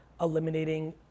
eliminating